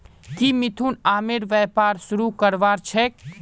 की मिथुन आमेर व्यापार शुरू करवार छेक